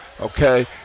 Okay